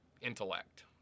intellect